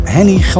Henny